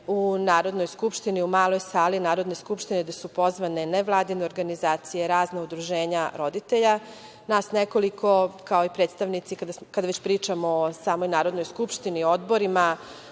u Narodnoj skupštini u maloj sali Narodne skupštine, gde su pozvane nevladine organizacije, razna udruženja roditelja, nas nekoliko, kao i predstavnici, kada već pričamo o samoj Narodnoj skupštini, odborima,